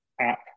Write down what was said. app